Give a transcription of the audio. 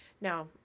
Now